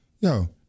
Yo